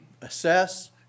assess